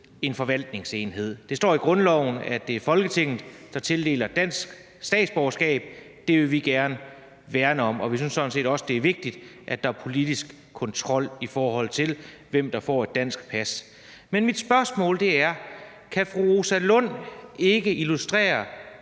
en forvaltningsenhed. Det står i grundloven, at det er Folketinget, der tildeler dansk statsborgerskab, og det vil vi gerne værne om. Vi synes sådan set også, det er vigtigt, at der er politisk kontrol med, hvem der får et dansk pas. Men mit spørgsmål er: Kan fru Rosa Lund ikke illustrere